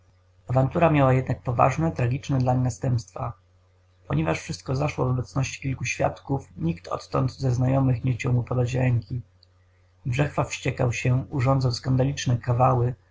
zezować awantura miała jednak poważne tragiczne dlań następstwa ponieważ wszystko zaszło w obecności kilku świadków nikt odtąd ze znajomych nie chciał mu podać dłoni brzechwa wściekał się urządzał skandaliczne kawały